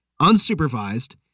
unsupervised